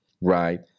right